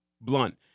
Blunt